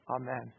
Amen